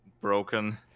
broken